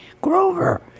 Grover